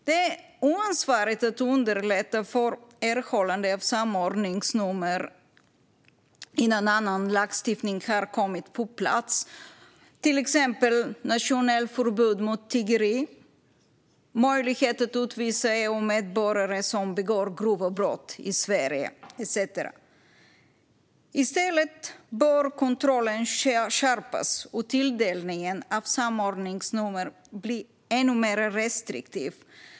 Det är oansvarigt att underlätta för erhållande av samordningsnummer innan annan lagstiftning har kommit på plats, till exempel nationellt förbud mot tiggeri, möjlighet att utvisa EU-medborgare som begår grova brott i Sverige etcetera. I stället bör kontrollen skärpas och tilldelningen av samordningsnummer bli ännu mer restriktiv.